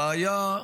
הבעיה,